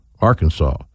Arkansas